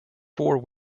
four